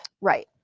Right